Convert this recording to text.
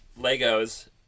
Legos